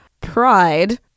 Pride